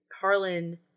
Harlan